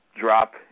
drop